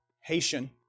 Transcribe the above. Haitian